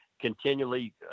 continually